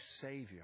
Savior